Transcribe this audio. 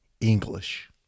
English